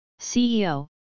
CEO